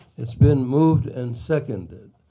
it's been moved and seconded.